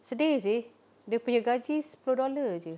sedih seh dia punya gaji sepuluh dollar jer